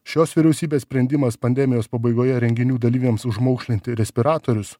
šios vyriausybės sprendimas pandemijos pabaigoje renginių dalyviams užmaukšlinti respiratorius